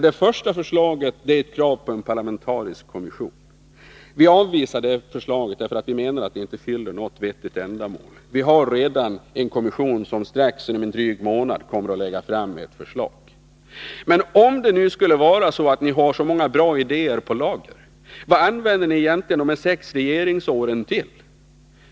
Det första förslaget är ett krav på en parlamentarisk kommission. Vi avvisar det förslaget, därför att vi menar att det inte fyller något vettigt ändamål. Vi har redan en kommission, som inom en dryg månad kommer att lägga fram ett förslag. Men om ni nu har så många bra idéer på lager, vad använde ni då egentligen de sex regeringsåren till?